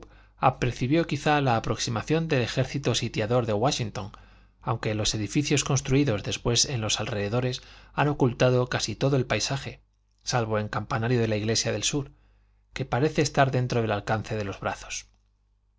howe apercibió quizá la aproximación del ejército sitiador de wáshington aunque los edificios construídos después en los alrededores han ocultado casi todo el paisaje salvo el campanario de la iglesia del sur que parece estar dentro del alcance de los brazos